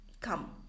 come